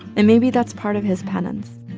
and maybe that's part of his penance.